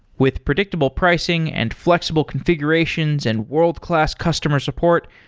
with predictable pricing and flexible configurations and world-class customer support,